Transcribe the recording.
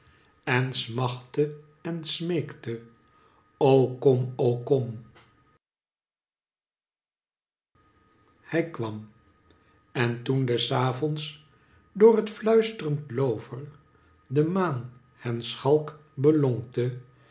en smachtte en smeekte o kom o kom hij kwam en toen des avonds door het fluistrend loover de main hen schalk